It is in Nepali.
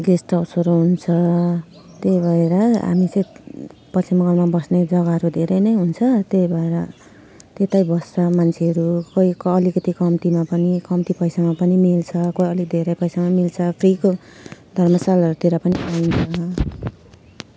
गेस्ट हाउसहरू हुन्छ त्यही भएर हामी चाहिँ पश्चिम बङ्गालमा बस्ने जग्गाहरू धेरै नै हुन्छ त्यही भएर त्यतै बस्छ मान्छेहरू कोही क अलिकति कम्तीमा पनि कम्ती पैसामा पनि मिल्छ कोही अलिक धेरै पैसामा मिल्छ फ्रीको धर्मशालाहरूतिर पनि पाइन्छ